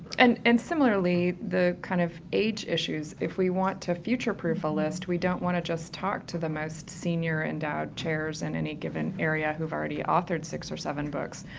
and and similarly the kind of age issues. if we want to future proof a list we don't want to just talk to the most senior endowed chairs in any given area who've already authored six or seven books.